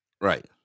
Right